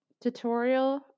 tutorial